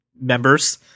members